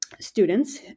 students